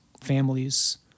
families